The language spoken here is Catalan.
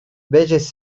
veges